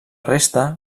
resta